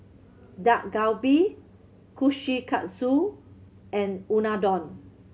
Dak Galbi Kushikatsu and Unadon